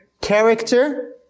character